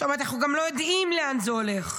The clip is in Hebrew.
עכשיו אנחנו גם לא יודעים לאן זה הולך.